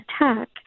attack